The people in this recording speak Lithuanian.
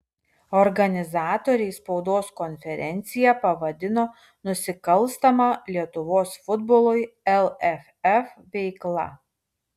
organizatoriai spaudos konferenciją pavadino nusikalstama lietuvos futbolui lff veikla